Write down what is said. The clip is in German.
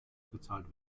bezahlt